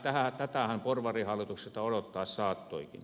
tätähän porvarihallitukselta odottaa saattoikin